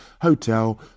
hotel